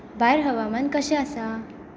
भायर हवामान कशें आसा